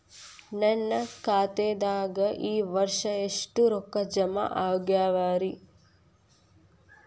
ನನ್ನ ಖಾತೆದಾಗ ಈ ವರ್ಷ ಎಷ್ಟು ರೊಕ್ಕ ಜಮಾ ಆಗ್ಯಾವರಿ?